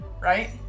right